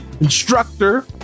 instructor